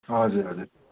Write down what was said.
हजुर हजुर